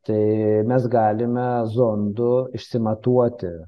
tai mes galime zondu išsimatuoti